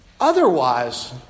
otherwise